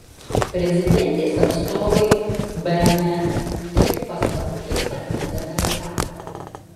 prezidentės atstovai bns šių pastabų taip pat nedetalizavo